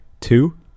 two